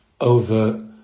over